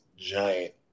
giant